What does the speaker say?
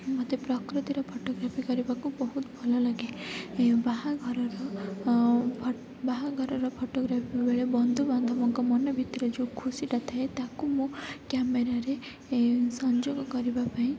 ମୋତେ ପ୍ରକୃତିର ଫଟୋଗ୍ରାଫି କରିବାକୁ ବହୁତ ଭଲ ଲାଗେ ବାହାଘରର ବାହାଘରର ଫଟୋଗ୍ରାଫି ବେଳେ ବନ୍ଧୁବାନ୍ଧବଙ୍କ ମନ ଭିତରେ ଯେଉଁ ଖୁସିଟା ଥାଏ ତାକୁ ମୁଁ କ୍ୟାମେରାରେ ସଂଯୋଗ କରିବା ପାଇଁ